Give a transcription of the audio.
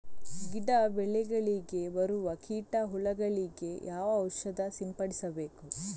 ಗಿಡ, ಬೆಳೆಗಳಿಗೆ ಬರುವ ಕೀಟ, ಹುಳಗಳಿಗೆ ಯಾವ ಔಷಧ ಸಿಂಪಡಿಸಬೇಕು?